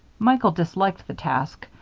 michael disliked the task,